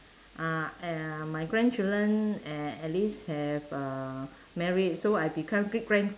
uh my grandchildren at least have uh married so I become great grand